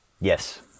Yes